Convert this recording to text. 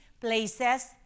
places